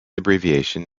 abbreviation